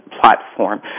platform